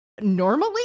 normally